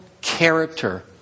character